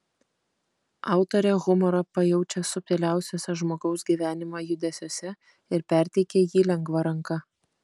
autorė humorą pajaučia subtiliausiuose žmogaus gyvenimo judesiuose ir perteikia jį lengva ranka